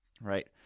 Right